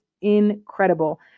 incredible